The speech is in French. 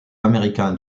américain